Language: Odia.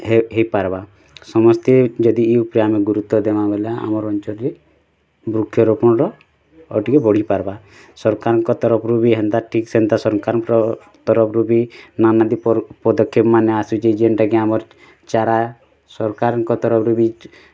ହେଇପାର୍ବା ସମସ୍ତେ ଯଦି ଏହି ଉପରେ ଆମେ ଗୁରୁତ୍ୱ ଦେବାଁ ବୋଲେ ଆମର୍ ଅଞ୍ଚଲ୍ରେ ବୃକ୍ଷରୋପଣର ଆଉ ଟିକେ ବଢ଼ି ପାର୍ବା ସରକାରଙ୍କ ତରଫରୁ ବି ହେନ୍ତା ଠିକ୍ ସେନ୍ତା ସରକାରଙ୍କର ତରଫରୁ ବି ନାନାଦି ପର୍ ପଦ୍ ପଦକ୍ଷେପମାନେ ଆସୁଛି ଯେନ୍ତା କି ଆମର୍ ଚାରା ସରକାରଙ୍କ ତରଫରୁ ବି